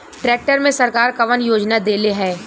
Tractor मे सरकार कवन योजना देले हैं?